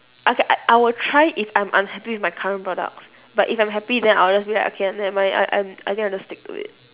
okay I I will try if I'm unhappy with my current products but if I'm happy then I'll just be like okay nev~ never mind I I'm I think I'll just stick to it